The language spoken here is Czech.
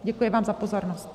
Děkuji vám za pozornost.